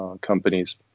companies